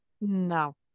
No